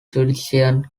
judicial